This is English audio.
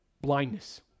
blindness